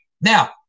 Now